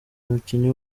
umukinnyi